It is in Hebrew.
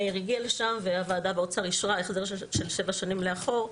מאיר הגיע לשם והוועדה באוצר אישרה החזר של שבע שנים לאחור.